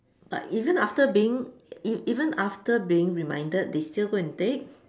but even after being even after being reminded they still go and take